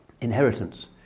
inheritance